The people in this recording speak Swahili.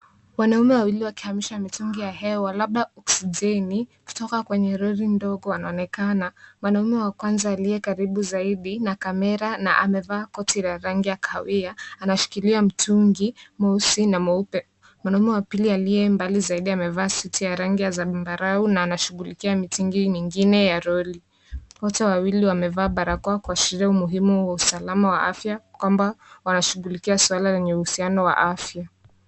Wanaume wawili wakihamisha mitungi ya hewa labda oksijeni, kutoka kwenye lori ndogo wanaonekana . Mwanaume wa kwanza aliyekaribu zaidi na kamera na amevaa koti la rangi ya kahawia, anashikilia mtungi mweusi na mweupe. Mwanaume wa pili aliyembali zaidi amevalia suti ya rangi ya zambarau na anashughulikia mitungi mingine ya lori. Wote wawili wamevaa barakoa kuashiria umuhimu wa usalama wa afya, kwamba wanashughulikia swala lenye uhusiano wa afya.